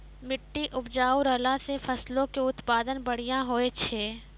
मट्टी उपजाऊ रहला से फसलो के उत्पादन बढ़िया होय छै